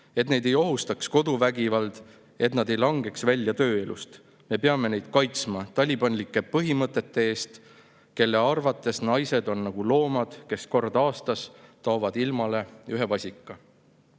et neid ei ohustaks koduvägivald, et nad ei langeks välja tööelust. Me peame neid kaitsma talibanlike põhimõtete eest, kelle arvates naised on nagu loomad, kes kord aastas toovad ilmale ühe vasika."